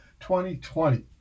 2020